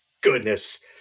goodness